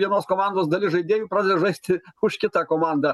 vienos komandos dalis žaidėjų pradeda žaisti už kitą komandą